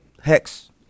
Hex